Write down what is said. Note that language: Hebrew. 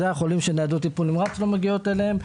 אלה החולים שניידות טיפול נמרץ לא מגיעות אליהם,